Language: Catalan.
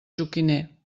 joquiner